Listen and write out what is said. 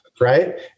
right